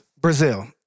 Brazil